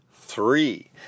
three